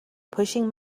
pushing